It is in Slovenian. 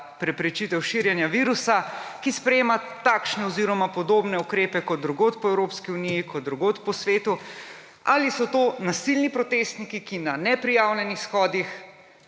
preprečitev širjenja virusa, ki sprejema takšne oziroma podobne ukrepe kot drugod po Evropski uniji, kot drugod po svetu? Ali so to nasilni protestniki, ki na neprijavljenih shodih